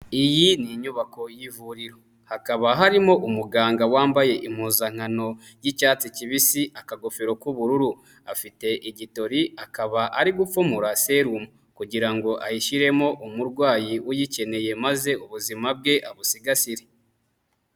Iyi ni inyubako y'ivuriro hakaba harimo umuganga wambaye impuzankano y'icyatsi kibisi, akagofero k'ubururu afite igitori akaba ari gupfumura serumu kugira ngo ayishyiremo umurwayi uyikeneye maze ubuzima bwe abusigasire.